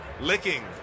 Licking